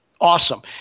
awesome